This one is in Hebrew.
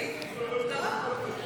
תקופות ודחיית מועדים (הוראת שעה, חרבות ברזל)